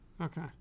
Okay